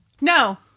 no